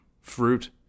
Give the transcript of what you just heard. fruit